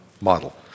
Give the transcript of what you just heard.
model